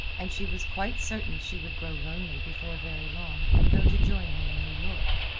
and she was quite certain she would grow lonely before very long and go to join him in new york.